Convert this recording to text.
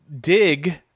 Dig